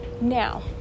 now